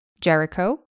Jericho